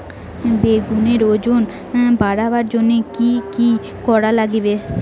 বেগুনের ওজন বাড়াবার জইন্যে কি কি করা লাগবে?